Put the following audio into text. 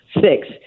six